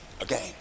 again